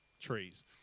trees